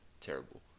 terrible